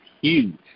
huge